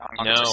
No